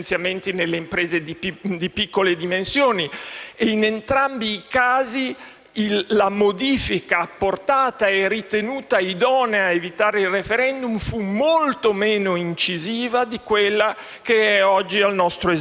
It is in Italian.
In entrambi i casi, la modifica apportata e ritenuta idonea a evitare il *referendum* fu molto meno incisiva di quella che è oggi al nostro esame.